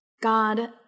god